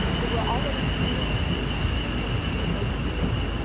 there were already too many annotations per page for most readers.